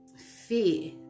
fear